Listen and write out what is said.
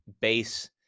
base